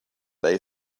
they